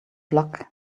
luck